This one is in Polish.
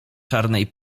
czarnej